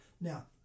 Now